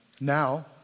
now